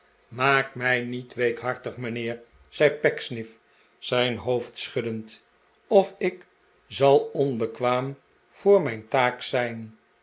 maak mij niet weekhartig mijnheer zei pecksniff zijn hoofd schuddend of ik zal onbekwaam voor mijn taak zijn